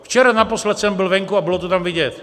Včera naposled jsem byl venku a bylo to tam vidět.